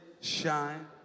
shine